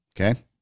Okay